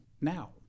now